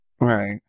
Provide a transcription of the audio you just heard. Right